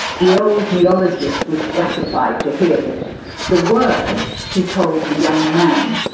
the old neologist was gratified to hear this the word, he told the young man,